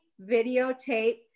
videotape